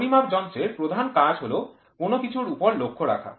পরিমাপ যন্ত্রের প্রধান কাজ হল কোনো কিছুর উপর লক্ষ্য রাখা